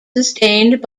sustained